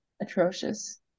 atrocious